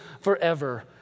forever